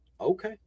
okay